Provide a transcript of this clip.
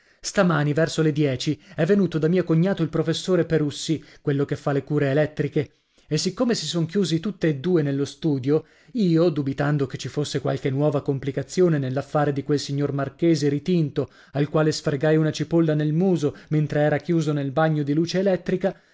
stamani verso le dieci è venuto da mio cognato il professore perussi quello che fa le cure elettriche e siccome si son chiusi tutti e due nello studio io dubitando che ci fosse qualche nuova complicazione nell'affare di quel signor marchese ritinto al quale sfregai una cipolla nel muso mentre era chiuso nel bagno di luce elettrica